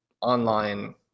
online